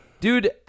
Dude